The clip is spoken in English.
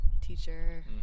teacher